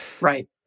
Right